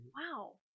Wow